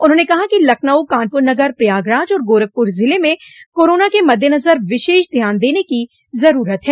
उन्होंने कहा कि लखनऊ कानपुर नगर प्रयागराज और गोरखपुर जिले में कोरोना के मद्देनज़र विशेष ध्यान देने की जरूरत है